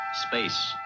Space